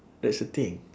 that's the thing